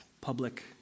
public